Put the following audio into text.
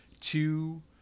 two